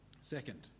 Second